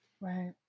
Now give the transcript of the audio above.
Right